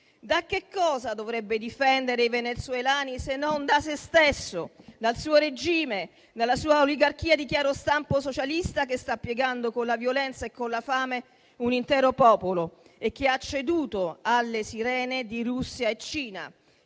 Da che cosa dovrebbe difendere i venezuelani, se non da se stesso, dal suo regime, dalla sua oligarchia di chiaro stampo socialista, che sta piegando con la violenza e con la fame un intero popolo e che ha ceduto alle sirene di Russia e Cina,